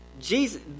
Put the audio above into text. Jesus